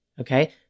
Okay